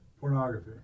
Pornography